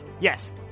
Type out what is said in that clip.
Yes